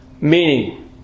Meaning